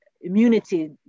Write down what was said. immunity